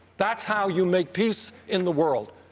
that's how you make peace in the world.